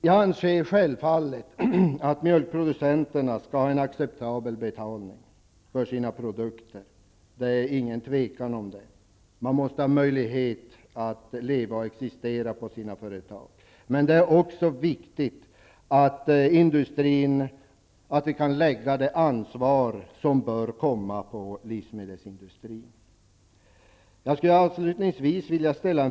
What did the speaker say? Jag anser självklart att mjölkproducenterna skall ha en acceptabel betalning för sina produkter. Det råder inga tvivel om det. De måste ha möjlighet att leva och existera på sina företag. Men det är också viktigt att industrin kan ta det ansvar som ankommer på industrin att ta.